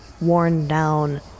worn-down